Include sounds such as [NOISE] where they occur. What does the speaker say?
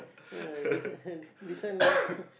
ah this one [NOISE] this one [NOISE]